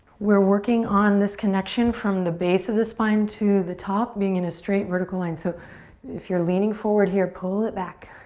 we're working on this connection from the base of the spine to the top being in a straight vertical line. so if you're leaning forward here, pull it back,